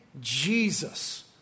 Jesus